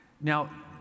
Now